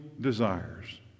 desires